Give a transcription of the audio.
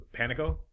Panico